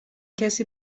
کسی